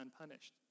unpunished